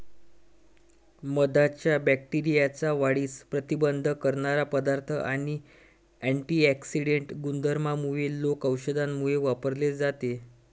मधाच्या बॅक्टेरियाच्या वाढीस प्रतिबंध करणारा पदार्थ आणि अँटिऑक्सिडेंट गुणधर्मांमुळे लोक औषधांमध्ये वापरले जाते